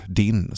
din